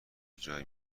جایی